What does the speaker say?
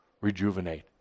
rejuvenate